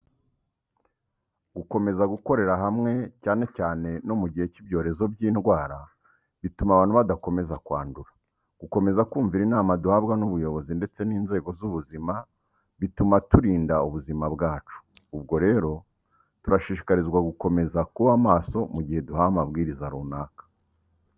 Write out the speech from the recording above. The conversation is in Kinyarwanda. Gukomeza gukorera hamwe, cyane cyane no mu gihe cy'ibyorezo by'indwara, bituma abantu badakomeza kwandura. Gukomeza kumvira inama duhabwa n'ubuyobozi ndetse n'inzego z'ubuzima bizatuma turinda ubuzima bwacu. Ubwo rero, turashishikarizwa gukomeza kuba maso mu gihe duhawe amabwiriza runaka.